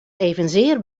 evenzeer